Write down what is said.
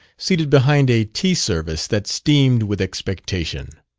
seated behind a tea-service that steamed with expectation.